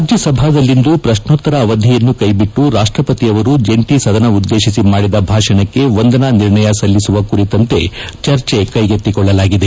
ರಾಜ್ಯಸಭಾದಲ್ಲಿಂದು ಪ್ರಶ್ನೋತ್ತರ ಅವಧಿಯನ್ನು ಕೈಬಿಟ್ಸು ರಾಷ್ಟಪತಿ ಅವರು ಜಂಟಿ ಸದನ ಉದ್ದೇಶಿಸಿ ಮಾಡಿದ ಭಾಷಣಕ್ಕೆ ವಂದನಾ ನಿರ್ಣಯ ಸಲ್ಲಿಸುವ ಕುರಿತಂತೆ ಚರ್ಚೆ ಕೈಗೆತ್ತಿಕೊಳ್ಳಲಾಗಿದೆ